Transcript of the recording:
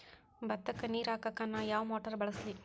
ಭತ್ತಕ್ಕ ನೇರ ಹಾಕಾಕ್ ನಾ ಯಾವ್ ಮೋಟರ್ ಬಳಸ್ಲಿ?